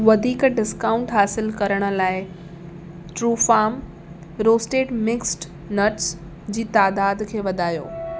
वधीक डिस्काऊंट हासिलु करण लाइ ट्रूफार्म रोस्टेड मिक्स्ड नट्स जी तादादु खे वधायो